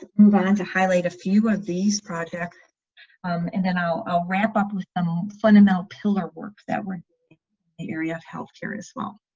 ah we wanted to highlight a few of these projects and then i'll ah wrap up with and some fundamental pillar work that one area of healthcare as well